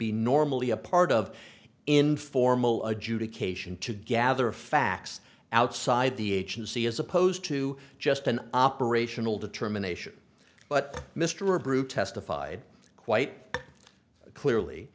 be normally a part of informal adjudication to gather facts outside the agency as opposed to just an operational determination but mr brutus defied quite clearly